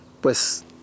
pues